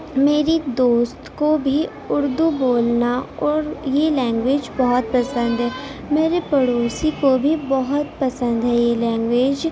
میری دوست کو بھی اردو بولنا اور یہ لینگویج بہت پسند ہے میرے پڑوسی کو بھی بہت پسند ہے یہ لینگویج